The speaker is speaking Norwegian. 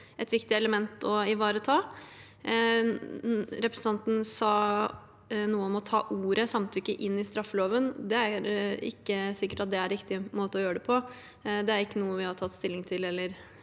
et viktig element å ivareta. Representanten sa noe om å ta ordet samtykke inn i straffeloven. Det er ikke sikkert at det er riktig måte å gjøre det på. Det er ikke noe vi har tatt stilling til eller